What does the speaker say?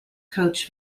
coach